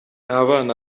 abana